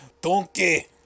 Donkey